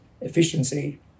efficiency